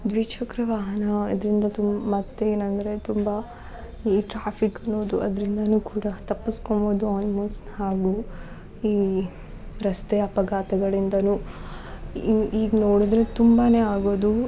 ದ್ವಿಚಕ್ರ ವಾಹನ ಅದರಿಂದ ತುಂಬ ಮತ್ತು ಏನಂದರೆ ತುಂಬ ಈ ಟ್ರಾಫಿಕ್ ಅನ್ನೋದು ಅದ್ರಿಂದಲೂ ಕೂಡ ತಪ್ಪಿಸ್ಕೊಂಬೋದು ಆಲ್ಮೋಸ್ಟ್ ಹಾಗೂ ಈ ರಸ್ತೆ ಅಪಘಾತಗಳಿಂದಲೂ ಈಗ ನೋಡಿದ್ರೆ ತುಂಬ ಆಗೋದು